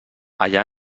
allà